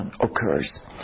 occurs